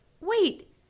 Wait